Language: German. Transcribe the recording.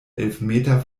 elfmeter